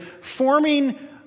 forming